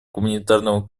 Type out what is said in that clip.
гуманитарного